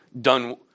done